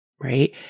right